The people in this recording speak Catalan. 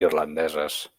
irlandeses